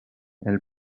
elle